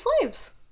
slaves